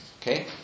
Okay